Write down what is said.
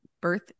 Birth